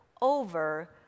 over